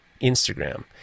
instagram